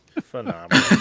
Phenomenal